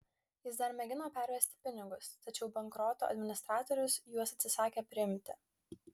jis dar mėgino pervesti pinigus tačiau bankroto administratorius juos atsisakė priimti